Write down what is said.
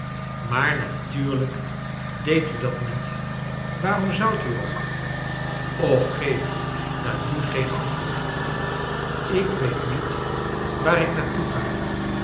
maar natuurlijk deedt u dat niet waarorn zoudt u ook och geef daar nu geen antwoord op ik weet niet waar ik naar toe ga